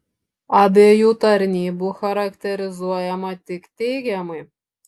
abiejų tarnybų charakterizuojama tik teigiamai